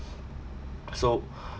so